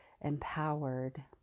empowered